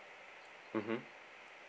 mmhmm